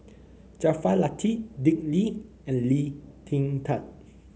Jaafar Latiff Dick Lee and Lee Kin Tat